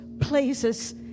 places